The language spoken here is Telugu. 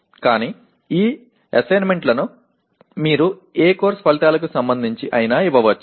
కానీ ఈ అసైన్మెంట్ లను మీరు ఏ కోర్సు ఫలితాలకు సంబంధించి అయినా ఇవ్వవచ్చు